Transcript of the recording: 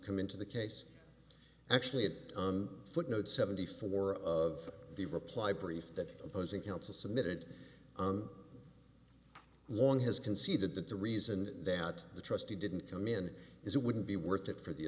come into the case actually it on footnote seventy four of the reply brief that opposing counsel submitted on long has conceded that the reason that the trustee didn't come in is it wouldn't be worth it for the